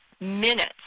minutes